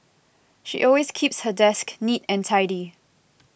she always keeps her desk neat and tidy